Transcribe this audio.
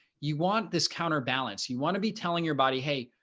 you want this counterbalance, you want to be telling your body, hey,